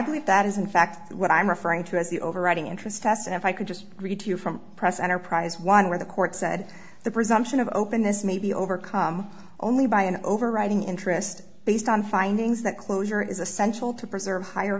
believe that is in fact what i'm referring to as the overriding interest test and if i could just read to you from press enterprise one where the court said the presumption of openness may be overcome only by an overriding interest based on findings that closure is essential to preserve higher